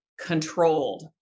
controlled